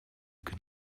can